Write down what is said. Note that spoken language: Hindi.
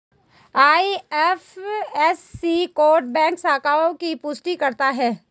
आई.एफ.एस.सी कोड बैंक शाखाओं की पुष्टि करता है